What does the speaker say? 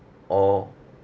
or